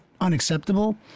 unacceptable